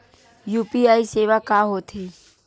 UPI सेवा का होथे?